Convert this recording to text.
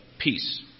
peace